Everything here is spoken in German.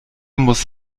muss